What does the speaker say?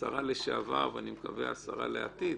השרה לשעבר ואני מקווה השרה לעתיד,